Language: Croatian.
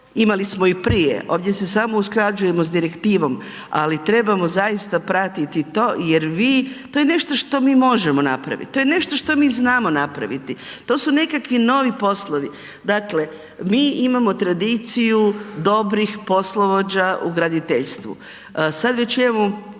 Imali smo i prije, ovdje se samo usklađujemo s direktivom, ali trebamo zaista pratiti to jer vi, to je nešto što mi možemo napraviti, to je nešto što mi znamo napraviti. To su nekakvi novi poslovi. Dakle, mi imamo tradiciju dobrih poslovođa u graditeljstvu. Sad već imamo